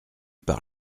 par